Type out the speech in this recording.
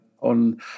on